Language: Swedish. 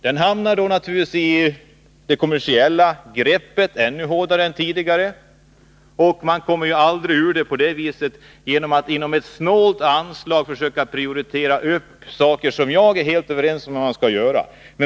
Den hamnar då i det kommersiella greppet ännu hårdare än tidigare. Man kommer ju aldrig ur greppet genom att inom ett snålt anslag försöka prioritera saker som jag är helt övertygad om skall prioriteras.